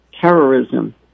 terrorism